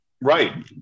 right